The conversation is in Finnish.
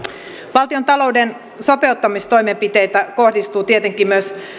valtiontalouden sopeuttamistoimenpiteitä kohdistuu tietenkin myös